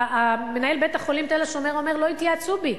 את מנהל בית-החולים "תל-השומר" אומר: לא התייעצו אתי.